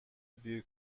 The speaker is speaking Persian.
دیر